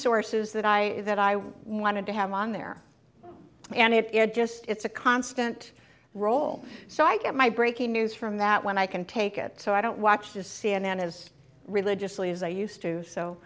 sources that i that i would want to have on there and it just it's a constant role so i get my breaking news from that when i can take it so i don't watch the c n n as religiously as i used to so